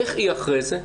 איך היא אחרי זה,